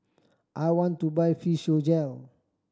I want to buy Physiogel